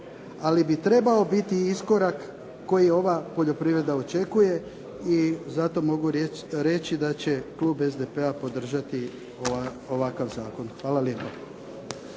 ali bi trebao biti iskorak koji ova poljoprivreda očekuje i zato mogu reći da će Klub SDP-a podržati ovakav zakon. Hvala lijepa.